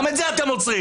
גם את זה אתם עוצרים.